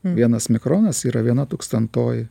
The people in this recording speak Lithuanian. vienas mikronas yra viena tūkstantoj